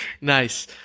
Nice